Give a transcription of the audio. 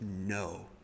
no